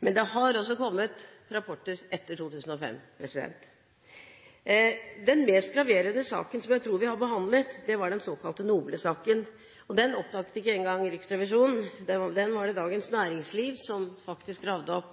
Men det har også kommet rapporter etter 2005. Den mest graverende saken som vi har behandlet, tror jeg var den såkalte Noble-saken, og den oppdaget ikke engang Riksrevisjonen. Det var faktisk Dagens Næringsliv som gravde opp den.